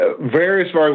various